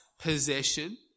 possession